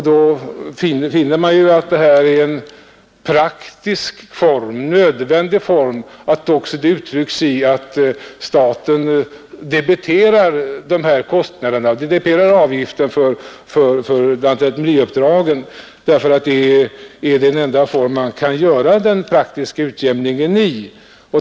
Då finner man att det är en praktisk och nödvändig form, att staten debiterar avgiften för lantmäteriuppdragen. Detta är den enda formen för att åstadkomma en praktisk utjämning.